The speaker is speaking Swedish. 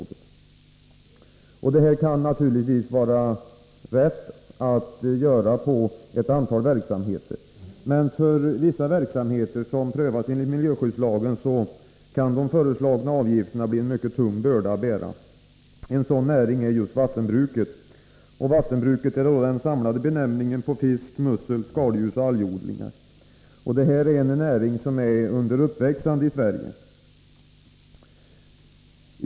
Det kan naturligtvis vara rätt att göra det i fråga om ett antal verksamheter, men för vissa verksamheter som prövas enligt miljöskyddslagen kan de föreslagna avgifterna bli mycket tunga att bära. En sådan näring är just vattenbruket. Vattenbruk är den samlande benämningen på fiskmusselskaldjursoch algodlingar. Detta är en näring som är under uppväxande i Sverige.